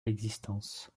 l’existence